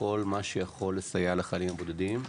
כל מה שיכול לסייע לחיילים הבודדים,